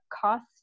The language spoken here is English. cost